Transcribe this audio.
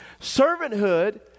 Servanthood